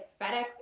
FedEx